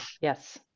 Yes